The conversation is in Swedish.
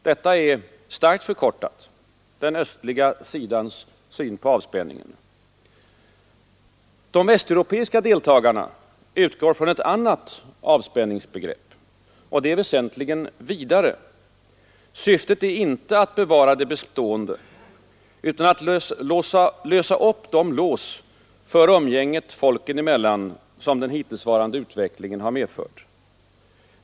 Detta är — starkt förkortat — den östliga sidans syn på avspänningen. De västeuropeiska deltagarna utgår från ett annat avspänningsbegrepp, och det är väsentligt vidare. Syftet är inte att bevara det bestående utan att lösa upp de lås för umgänget folken emellan som den hittillsvarande utvecklingen har medfört.